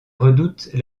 redoute